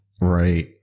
Right